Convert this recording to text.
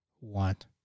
want